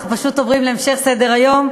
אנחנו פשוט עוברים להמשך סדר-היום,